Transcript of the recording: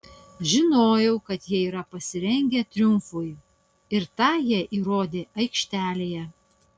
žinojau kad jie yra pasirengę triumfui ir tą jie įrodė aikštelėje